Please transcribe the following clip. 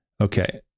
okay